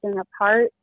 apart